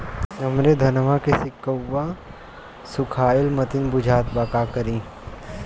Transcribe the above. हमरे धनवा के सीक्कउआ सुखइला मतीन बुझात बा का करीं?